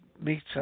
meter